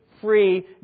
free